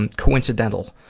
and coincidental